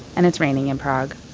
and it's raining in prague